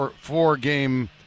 four-game